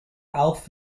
aleph